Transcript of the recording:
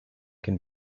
can